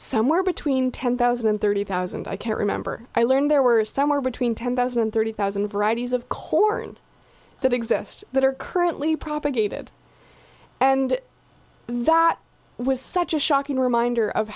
somewhere between ten thousand and thirty thousand i can't remember i learned there were somewhere between ten thousand and thirty thousand varieties of corn that exist that are currently propagated and that was such a shocking reminder of